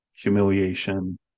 humiliation